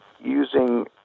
using